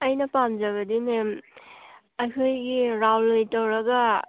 ꯑꯩꯅ ꯄꯥꯝꯖꯕꯗꯤ ꯃꯦꯝ ꯑꯩꯈꯣꯏꯒꯤ ꯔꯥꯎꯟ ꯑꯣꯏ ꯇꯧꯔꯒ